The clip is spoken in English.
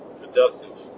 productive